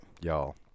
Y'all